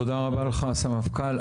תודה רבה לך, הסמפכ"ל.